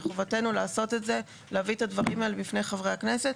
מחובתנו לעשות את זה ולהביא את הדברים האלה בפני חברי הכנסת.